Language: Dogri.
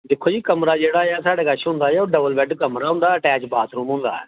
दिक्खो जी कमरा जेह्ड़ा ऐ सारे कश होंदा ऐ ओह् डबल बैड कमरा होदा ऐ अटैच्ड बाथरूम होंदा